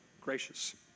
gracious